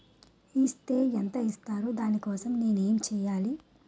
Is తే ఎంత ఇస్తారు దాని కోసం నేను ఎంచ్యేయాలి?